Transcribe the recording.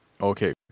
Okay